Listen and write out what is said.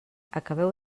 acabeu